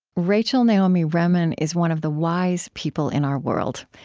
rachel naomi remen is one of the wise people in our world.